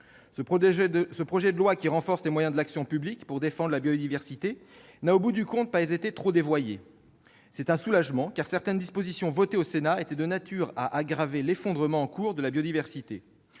Le projet de loi, qui vise à renforcer les moyens de l'action publique pour défendre la biodiversité, n'a pas été, au bout du compte, trop dévoyé. C'est un soulagement, car certaines dispositions votées au Sénat étaient de nature à aggraver l'effondrement en cours de la biodiversité.